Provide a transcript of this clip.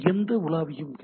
எந்த உலாவியும் ஹெச்